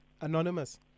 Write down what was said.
Anonymous